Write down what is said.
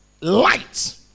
light